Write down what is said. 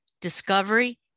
discovery